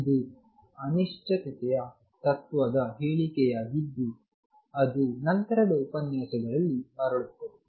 ಇದು ಅನಿಶ್ಚಿತತೆಯ ತತ್ತ್ವದ ಹೇಳಿಕೆಯಾಗಿದ್ದು ಅದು ನಂತರದ ಉಪನ್ಯಾಸಗಳಲ್ಲಿ ಮರಳುತ್ತದೆ